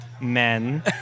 men